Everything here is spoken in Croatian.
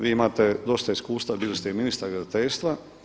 Vi imate dosta iskustva, bili ste i ministar graditeljstva.